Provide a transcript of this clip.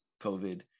covid